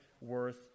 worth